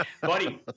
Buddy